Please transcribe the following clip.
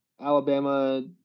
Alabama